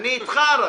אני איתך רק.